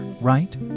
right